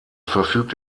verfügt